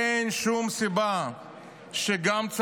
אין שום סיבה שצעיר,